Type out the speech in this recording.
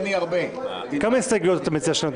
כמה הסתייגויות אתה מציע?